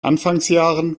anfangsjahren